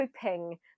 hoping